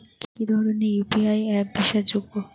কি কি ধরনের ইউ.পি.আই অ্যাপ বিশ্বাসযোগ্য?